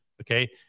okay